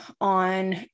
on